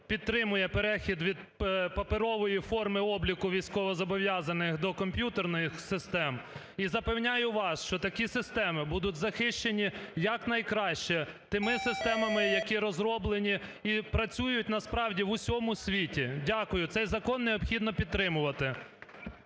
підтримує перехід від паперової форми обліку військовозобов’язаних до комп'ютерних систем. І запевняю вас, що такі системи будуть захищені якнайкраще тими системами, які розроблені і працюють насправді в усьому світі. Дякую. Цей закон необхідно підтримувати.